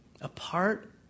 apart